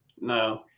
no